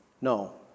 No